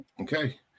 Okay